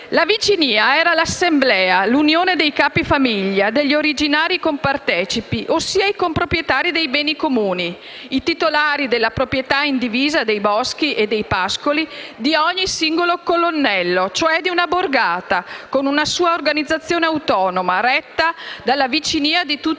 La vicinia era l'assemblea, l'unione dei capi famiglia, degli originari compartecipi, ossia dei comproprietari dei beni comuni, i titolari della proprietà indivisa dei boschi di ogni singolo colonnello, cioè di una borgata, con una sua organizzazione autonoma retta dalla vicinia di tutti